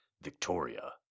Victoria